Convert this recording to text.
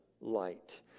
light